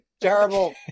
Terrible